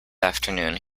afternoon